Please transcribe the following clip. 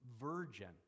virgin